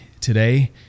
today